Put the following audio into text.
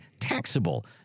taxable